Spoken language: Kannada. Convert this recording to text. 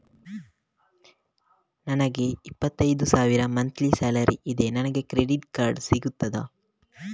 ನನಗೆ ಇಪ್ಪತ್ತೈದು ಸಾವಿರ ಮಂತ್ಲಿ ಸಾಲರಿ ಇದೆ, ನನಗೆ ಕ್ರೆಡಿಟ್ ಕಾರ್ಡ್ ಸಿಗುತ್ತದಾ?